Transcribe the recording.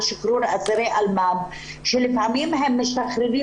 הכנסת על שחרור אסירי אלמ"ב שלפעמים הם משתחררים